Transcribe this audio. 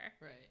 Right